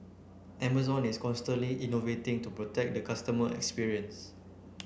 Amazon is constantly innovating to protect the customer experience